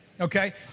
okay